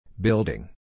Building